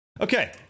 Okay